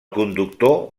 conductor